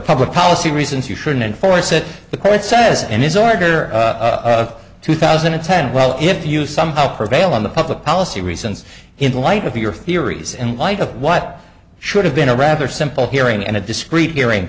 public policy reasons you shouldn't enforce it the court says and is order of two thousand and ten well if you somehow prevail on the public policy reasons in the light of your theories in light of what should have been a rather simple hearing and a discreet hearing